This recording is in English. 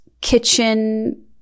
kitchen